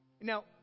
Now